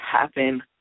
happen